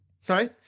Sorry